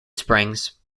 springs